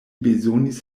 bezonis